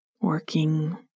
working